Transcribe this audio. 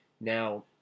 Now